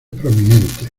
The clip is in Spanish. prominentes